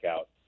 out